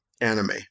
anime